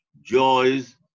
joys